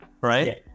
right